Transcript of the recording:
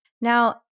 Now